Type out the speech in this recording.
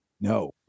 No